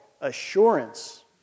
assurance